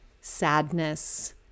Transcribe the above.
sadness